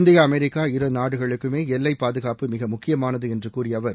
India America இரு நாடுகளுக்குமே எல்லை பாதுகாப்பு மிக முக்கியமானது என்று கூறிய அவர்